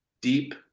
Deep